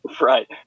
Right